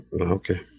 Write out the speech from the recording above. Okay